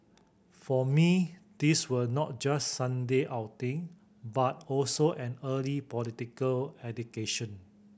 for me these were not just Sunday outing but also an early political education